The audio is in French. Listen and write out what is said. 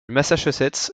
massachusetts